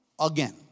again